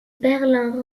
berlin